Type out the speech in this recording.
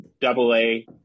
double-A